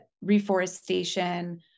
reforestation